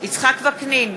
יצחק וקנין,